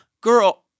girl